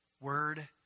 word